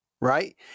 right